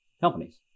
companies